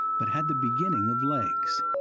but had the beginning of legs.